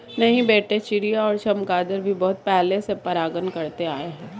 नहीं बेटे चिड़िया और चमगादर भी बहुत पहले से परागण करते आए हैं